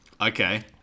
Okay